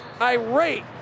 irate